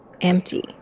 empty